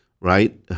right